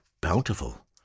bountiful